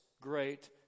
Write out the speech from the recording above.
great